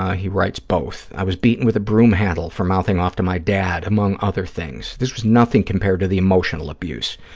ah he writes, both. i was beaten with a broom handle for mouthing off to my dad, among other things. this was nothing compared to the emotional abuse.